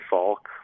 Falk